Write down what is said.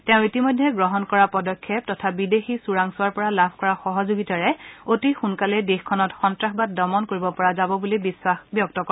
তেওঁ ইতিমধ্যে গ্ৰহণ কৰা পদক্ষেপ তথা বিদেশী চোৰাংচোৱাৰ পৰা লাভ কৰা সহযোগিতাৰে অতি সোনকালেই দেশত সন্তাসবাদ দমন কৰিব পৰা যাব বুলি বিশ্বাস ব্যক্ত কৰে